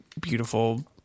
beautiful